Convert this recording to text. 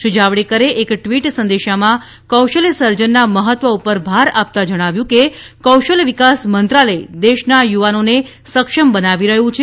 શ્રી જાવડેકરે એક ટ્વીટ સંદેશામાં કૌશલ્ય સર્જનના મહત્વ પર ભાર આપતા જણાવ્યું છે કે કૌશલ્ય વિકાસ મંત્રાલય દેશના યુવાઓને સક્ષમ બનાવી રહ્યું છે